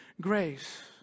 grace